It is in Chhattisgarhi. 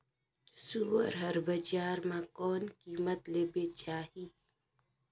सुअर हर बजार मां कोन कीमत ले बेचाही?